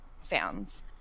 fans